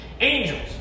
Angels